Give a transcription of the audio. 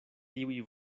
tiuj